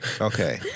okay